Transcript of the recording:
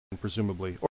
presumably